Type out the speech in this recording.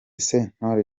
sentore